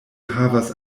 havas